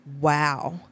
wow